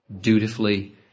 dutifully